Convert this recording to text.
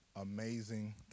amazing